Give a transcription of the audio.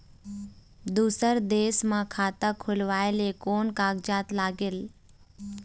दूसर देश मा खाता खोलवाए ले कोन कागजात लागेल?